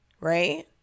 right